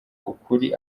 ukuri